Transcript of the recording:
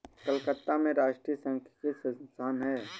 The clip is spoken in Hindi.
कलकत्ता में राष्ट्रीय सांख्यिकी संस्थान है